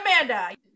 Amanda